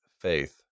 faith